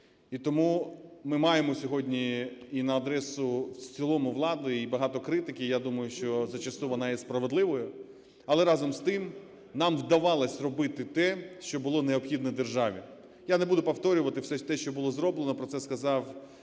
І тому ми маємо сьогодні і на адресу в цілому влади і багато критики. Я думаю, що зачасту вона є справедливою, але, разом з тим, нам вдавалося робити те, що було необхідно державі. Я не буду повторювати все те, що було зроблено. Про це сказав